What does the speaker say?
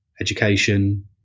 education